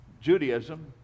Judaism